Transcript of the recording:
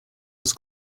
was